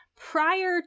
prior